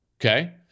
okay